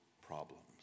problems